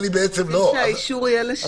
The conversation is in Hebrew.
רוצים שהאישור יהיה לשניהם.